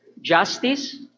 justice